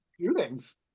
shootings